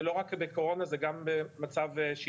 זה לא רק בקורונה, זה גם במצב שגרה.